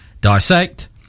dissect